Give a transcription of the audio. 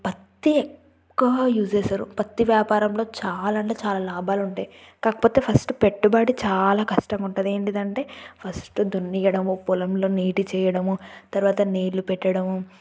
పత్తి ఎక్కువ యూజ్ చేస్తారు పత్తి వ్యాపారంలో చాలా అంటే చాలా లాభాలు ఉంటాయి కాకపోతే ఫస్టు పెట్టుబడి చాలా కష్టంగా ఉంటుంది ఏంటిదంటే ఫస్టు దున్నివ్వడము పొలంలో నీటి చేయడము తర్వాత నీళ్లు పెట్టడము